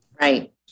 Right